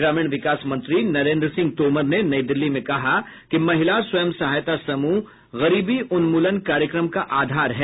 ग्रामीण विकास मंत्री नरेन्द्र सिंह तोमर ने नई दिल्ली में कहा कि महिला स्व सहायता समूह गरीबी उन्मूलन कार्यक्रम का आधार है